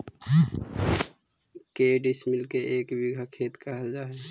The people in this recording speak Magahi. के डिसमिल के एक बिघा खेत कहल जा है?